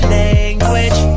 language